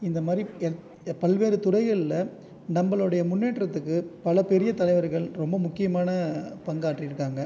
இந்த மாதிரி பல்வேறு துறைகளில் நம்மளுடைய முன்னேற்றத்திற்கு பல பெரிய தலைவர்கள் ரொம்ப முக்கியமான பங்காற்றியிருக்காங்க